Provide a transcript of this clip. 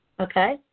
okay